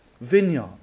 vineyard